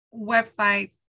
Websites